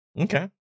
okay